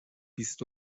بیست